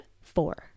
four